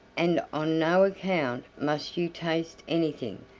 and on no account must you taste anything,